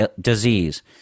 disease